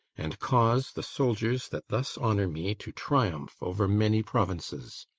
and cause the soldiers that thus honour me to triumph over many provinces!